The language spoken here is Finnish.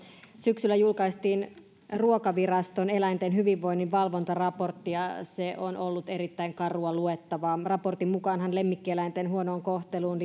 syksyllä julkaistiin ruokaviraston eläinten hyvinvoinnin valvontaraportti ja se on ollut erittäin karua luettavaa raportin mukaanhan lemmikkieläinten huonoon kohteluun